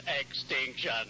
extinction